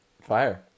Fire